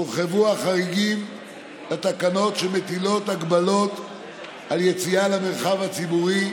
הורחבו החריגים לתקנות שמטילות הגבלות על יציאה למרחב הציבורי,